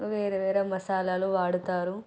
వేరు వేరు మసాలాలు వాడతారు